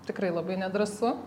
tikrai labai nedrąsu